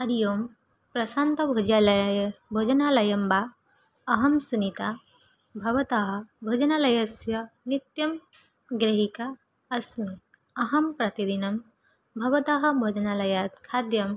हरिः ओं प्रशान्त भोजलायय् भोजनालयः वा अहं सुनिता भवतः भोजनालयस्य नित्यं ग्राहिका अस्मि अहं प्रतिदिनं भवतः भोजनालयात् खाद्यं